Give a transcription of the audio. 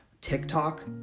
TikTok